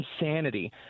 insanity